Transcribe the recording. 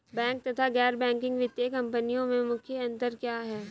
Bank तथा गैर banking वित्तीय कंपनियों में मुख्य अंतर क्या है?